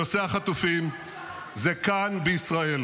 ראש הממשלה --- חבר הכנסת נאור שירי,